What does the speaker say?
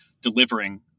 delivering